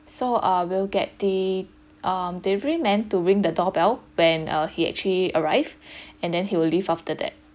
so uh we'll get the um deliveryman to ring the doorbell when err he actually arrive and then he will leave after that